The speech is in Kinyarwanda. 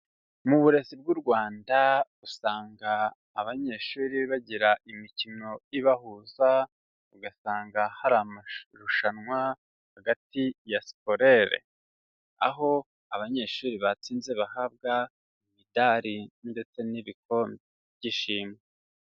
Mu burezi bw'u Rwanda, usanga abanyeshuri bagira imikino ibahuza, ugasanga hari amarushanwa hagati ya sikolere. Aho abanyeshuri batsinze, bahabwa imidari ndetse n'ibikombe, by'ishimwe.